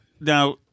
Now